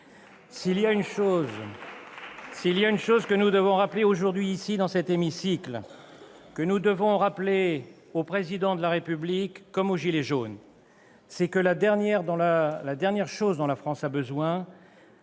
S'il y a une chose que nous devons rappeler aujourd'hui, ici, dans cet hémicycle, que nous devons rappeler au Président de la République comme aux « gilets jaunes », c'est que, la dernière chose dont la France a besoin,